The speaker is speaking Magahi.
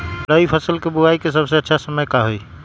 रबी फसल के बुआई के सबसे अच्छा समय का हई?